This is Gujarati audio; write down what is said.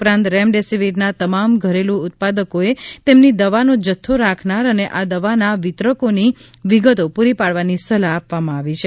ઉપરાંત રેમડેસીવીરના તમામ ઘરેલું ઉત્પાદકોએ તેમની દવાનો જથ્થો રાખનાર અને આ દવાના વિતરકોની વિગતો પૂરી પાડવાની સલાહ આપવામાં આવી છે